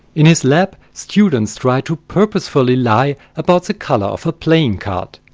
in his lab students try to purposefully lie about the colour of a playing card.